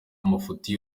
amafuti